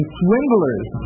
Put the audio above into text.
swindlers